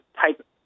type